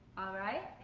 alright?